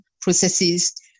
processes